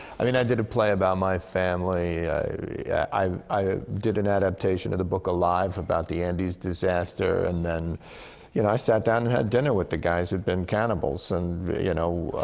i mean, i did a play about my family i i did an adaptation of the book alive, about the andes disaster, and then you know, i sat down and had dinner with the guys who'd been cannibals. and you know,